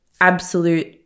absolute